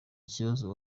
ibibazo